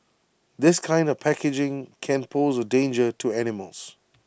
this kind of packaging can pose A danger to animals